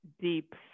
deep